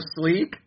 sleep